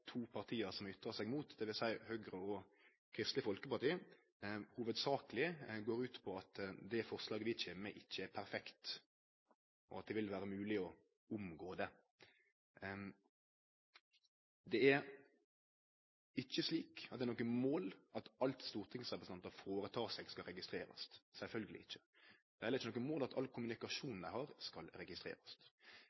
to partia som har ytra seg mot, dvs. Høgre og Kristeleg Folkeparti, hovudsakleg går ut på at det forslaget vi kjem med, ikkje er perfekt, og at det vil vere mogleg å omgå det. Det er ikkje slik at det er noko mål at alt stortingsrepresentantar føretek seg, skal registrerast – sjølvsagt ikkje. Det er heller ikkje noko mål at all